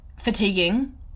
fatiguing